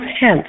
hence